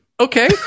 Okay